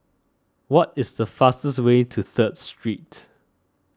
what is the fastest way to Third Street